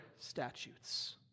statutes